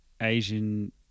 Asian